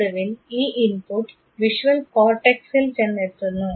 ഒടുവിൽ ഈ input visual കോർട്ടെക്സിൽ ചെന്നെത്തുന്നു